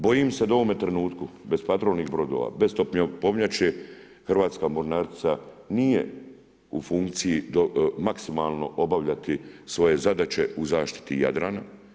Bojim se da u ovome trenutku bez patrolnih brodova, bez topovnjače Hrvatska mornarica nije u funkciji maksimalno obavljati svoje zadaće u zaštiti Jadrana.